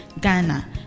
Ghana